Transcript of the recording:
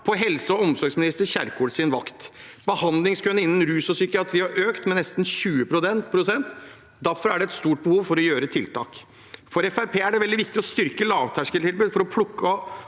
på helse- og omsorgsminister Kjerkols vakt. Behandlingskøene for rus og psykiatri har økt med nesten 20 pst. Derfor er det et stort behov for å gjøre tiltak. For Fremskrittspartiet er det veldig viktig å styrke lavterskeltilbudet for å plukke